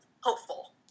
hopeful